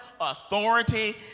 authority